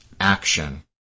Action